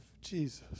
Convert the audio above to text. Jesus